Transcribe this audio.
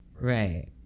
Right